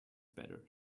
better